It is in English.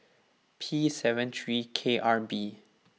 P seven three K R B